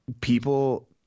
People